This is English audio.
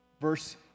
Verse